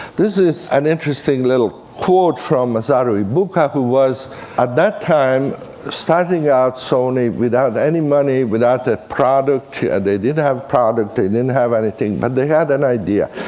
this is an interesting little quote from masaru ibuka, who was at that time starting out sony without any money, without a product yeah they didn't have a product, they didn't have anything, but they had an idea.